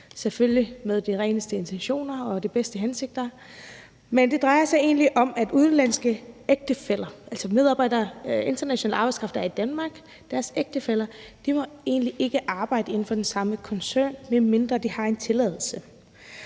selvfølgelig med de reneste intentioner og de bedste hensigter. Det drejer sig om, at udenlandske ægtefæller, altså ægtefæller til international arbejdskraft, der er i Danmark, ikke må arbejde inden for den samme koncern, medmindre de har en tilladelse.